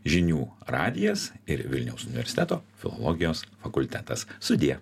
žinių radijas ir vilniaus universiteto filologijos fakultetas sudie